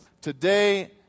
today